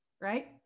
Right